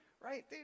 right